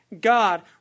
God